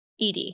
ED